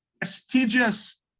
prestigious